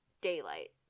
Daylight